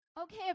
Okay